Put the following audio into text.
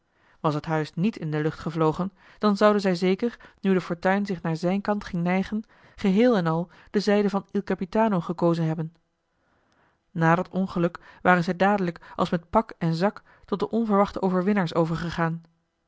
was het huis niet in de lucht gevlogen dan zouden zij zeker nu de fortuin zich naar zijn kant ging neigen geheel en al de zijde van il capitano gekozen hebben na dat ongeluk waren zij dadelijk als met pak en zak tot de onverwachte overwinnaars overgegaan